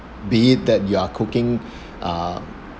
be it that you are cooking uh